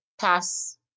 pass